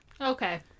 Okay